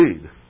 lead